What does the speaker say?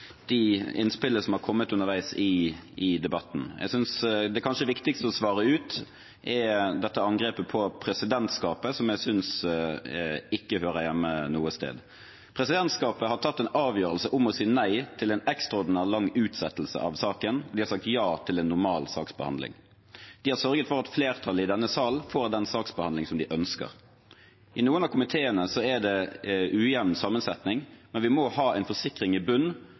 de innspillene som har kommet underveis i debatten. Jeg synes det kanskje viktigste å svare på er dette angrepet på presidentskapet, som jeg synes ikke hører hjemme noe sted. Presidentskapet har tatt en avgjørelse om å si nei til en ekstraordinært lang utsettelse av saken. De har sagt ja til en normal saksbehandling. De har sørget for at flertallet i denne salen får den saksbehandlingen de ønsker. I noen av komiteene er det ujevn sammensetning, men vi må ha en forsikring i bunnen